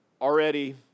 Already